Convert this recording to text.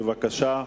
בבקשה.